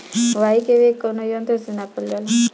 वायु क वेग कवने यंत्र से नापल जाला?